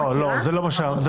לא, לא, זה לא מה שנאמר.